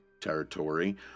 territory